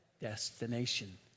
destination